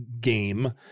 game